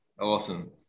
Awesome